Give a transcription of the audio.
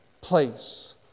place